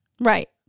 Right